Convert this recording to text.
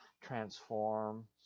transform